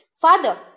Father